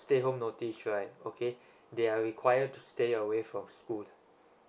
stay home notice right okay they are required to stay away from school